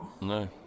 No